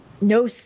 no